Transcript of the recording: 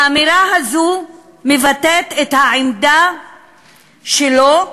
האמירה הזאת מבטאת את העמדה שלו,